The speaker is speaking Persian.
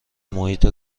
محیط